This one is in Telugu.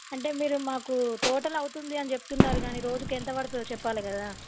అంటే మీరు మాకు టోటల్ అవుతుంది అని చెప్తున్నారు గానీ రోజుకెంత పడతుందో చెప్పాలి కదా